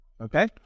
Okay